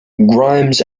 grimes